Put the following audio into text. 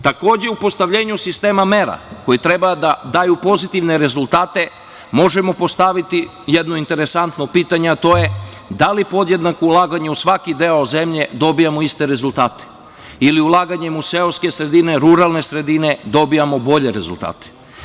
Takođe, u postavljanju sistema mera koje treba da daju pozitivne rezultate možemo postaviti jedno interesantno pitanje, a to je da li podjednako ulaganje u svaki deo zemlje dobijamo iste rezultate ili ulaganjem u seoske sredine, ruralne sredine dobijamo bolje rezultate.